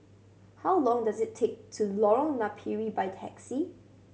how long does it take to Lorong Napiri by taxi